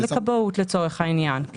לכבאות לצורך העניין,